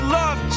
love